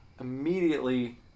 immediately